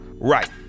right